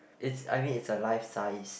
it's I mean it's a life sized